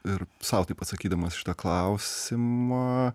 ir sau taip atsakydamas šitą klausimą